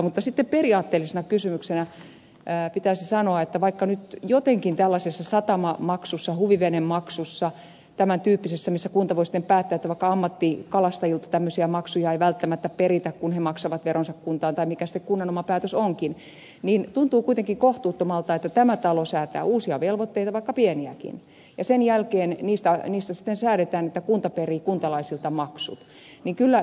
mutta sitten periaatteellisena kysymyksenä pitäisi sanoa että nyt jotenkin tällaisessa satamamaksussa huvivenemaksussa tämän tyyppisessä missä kunta voi sitten päättää että vaikka ammattikalastajilta tämmöisiä maksuja ei välttämättä peritä kun he maksavat veronsa kuntaan tai mikä sitten kunnan oma päätös onkin tuntuu kuitenkin kohtuuttomalta että tämä talo säätää uusia velvoitteita vaikka pieniäkin ja sen jälkeen niistä sitten säädetään että kunta perii kuntalaisilta maksut